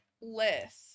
list